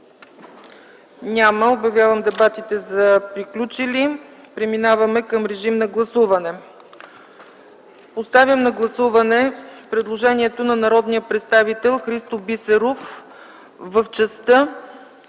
Няма. Обявявам дебатите за приключени. Преминаваме към режим на гласуване. Поставям на гласуване предложението на народния представител Христо Бисеров в частта,